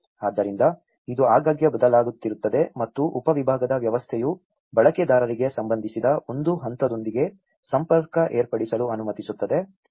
ಆದ್ದರಿಂದ ಇದು ಆಗಾಗ್ಗೆ ಬದಲಾಗುತ್ತಿರುತ್ತದೆ ಮತ್ತು ಉಪವಿಭಾಗದ ವ್ಯವಸ್ಥೆಯು ಬಳಕೆದಾರರಿಗೆ ಸಂಬಂಧಿಸಿದ ಒಂದು ಹಂತದೊಂದಿಗೆ ಸಂಪರ್ಕ ಏರ್ಪಡಿಸಲು ಅನುಮತಿಸುತ್ತದೆ